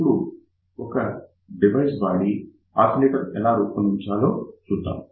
ఇప్పుడు ఒక డివైస్ వాడి ఆసిలేటర్ ఎలా రూపొందించాలో చూద్దాం